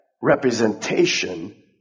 representation